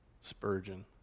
Spurgeon